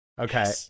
Okay